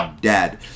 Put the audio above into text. dead